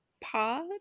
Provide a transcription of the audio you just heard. pod